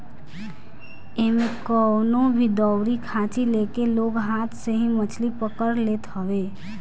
एमे कवनो भी दउरी खाची लेके लोग हाथ से ही मछरी पकड़ लेत हवे